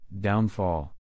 Downfall